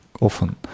often